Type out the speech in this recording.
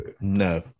No